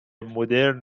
مدرن